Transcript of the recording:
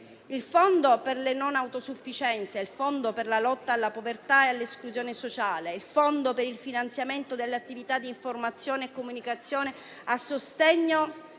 il fondo per le non autosufficienze, il fondo per la lotta alla povertà e all'esclusione sociale, il fondo per il finanziamento delle attività di informazione e comunicazione a sostegno